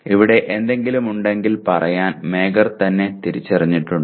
ഇവിടെ എന്തെങ്കിലും ഉണ്ടെങ്കിൽ പറയാൻ മാഗർ തന്നെ തിരിച്ചറിഞ്ഞിട്ടുണ്ട്